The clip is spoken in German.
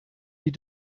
die